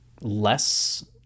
less